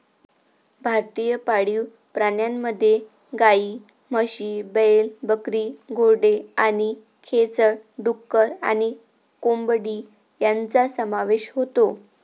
भारतीय पाळीव प्राण्यांमध्ये गायी, म्हशी, बैल, बकरी, घोडे आणि खेचर, डुक्कर आणि कोंबडी यांचा समावेश होतो